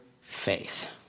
faith